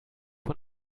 von